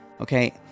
Okay